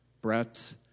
Brett